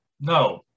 No